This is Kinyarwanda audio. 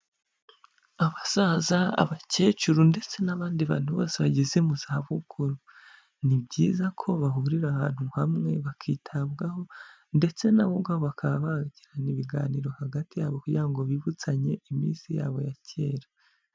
Abasaza, abakecuru ndetse n'abandi bantu bose bageze mu zabukuru, ni byiza ko bahurira ahantu hamwe bakitabwaho, ndetse na bo ubwabo bakaba bagirana ibiganiro hagati yabo kugira ngo bibutsanye iminsi yabo ya kera.